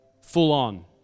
full-on